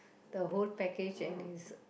the whole package and is